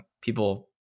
people